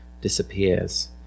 disappears